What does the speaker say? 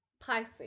Pisces